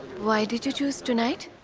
why did you choose tonight.